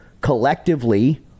collectively